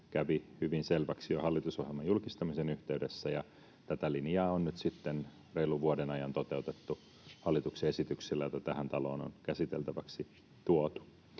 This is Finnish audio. kävi hyvin selväksi jo hallitusohjelman julkistamisen yhteydessä, ja tätä linjaa on nyt sitten reilun vuoden ajan toteutettu hallituksen esityksillä, joita tähän taloon on käsiteltäviksi tuotu.